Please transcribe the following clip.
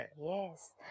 yes